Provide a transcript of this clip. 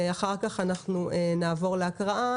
אחר כך אנחנו נעבור להקראה.